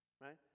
right